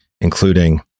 including